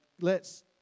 lets